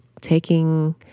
taking